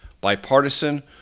bipartisan